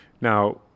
Now